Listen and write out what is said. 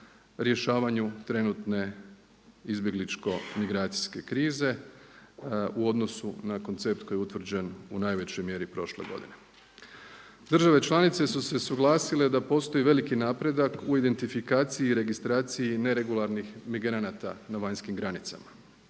rješavanju trenutne izbjegličko migracijske krize u odnosu na koncept koji je utvrđen u najvećoj mjeri prošle godine. Države članice su se usuglasile da postoji veliki napredak u identifikaciji i registraciji neregularnih migranata na vanjskih granicama.